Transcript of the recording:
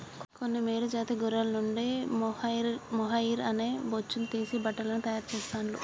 కొన్ని మేలు జాతి గొర్రెల నుండి మొహైయిర్ అనే బొచ్చును తీసి బట్టలను తాయారు చెస్తాండ్లు